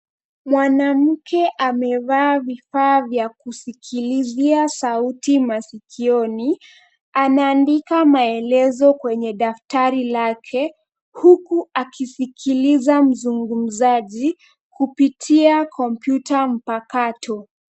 Mwanamke amevaa vifaa vya kusikilizia sauti masikioni anaandika maelezo kwenye daftari lake huku akisikiliza mzungumzaji kupitia kompyuta mpakato.